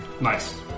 Nice